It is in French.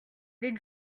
les